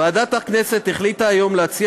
ועדת הכנסת החליטה להציע